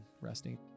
resting